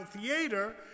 Theater